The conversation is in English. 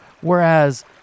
whereas